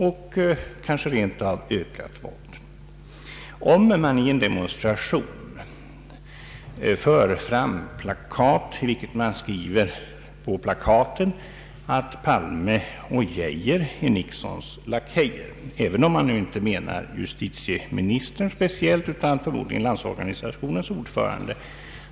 Jag finner det otrevligt om man i demonstrationer för fram plakat med texter som exempelvis att Palme och Geijer är Nixons lakejer, även om man nu inte speciellt åsyftar justitieministern utan förmodligen i stället Landsorganisationens ord förande.